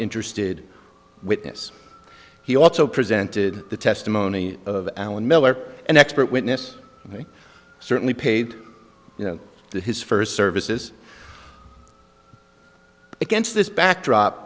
interested witness he also presented the testimony of alan miller an expert witness certainly paid you know that his first services against this backdrop